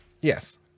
Yes